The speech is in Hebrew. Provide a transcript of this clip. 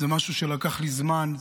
זה משהו שלקח לי זמן,